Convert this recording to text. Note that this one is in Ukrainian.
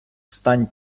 встань